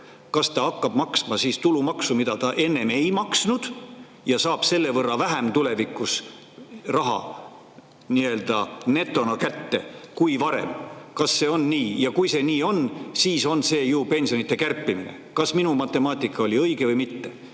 kas ta hakkab maksma tulumaksu, mida ta enne ei maksnud, ja saab selle võrra raha netona vähem kätte kui varem? Kas see on nii? Kui see nii on, siis on see ju pensionide kärpimine. Kas minu matemaatika oli õige või mitte